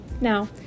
now